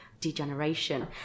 degeneration